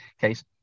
case